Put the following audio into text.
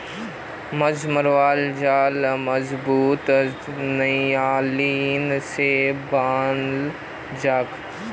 माछ मरवार जाल मजबूत नायलॉन स बनाल जाछेक